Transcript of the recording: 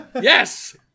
yes